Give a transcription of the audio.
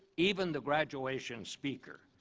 even the graduation speaker.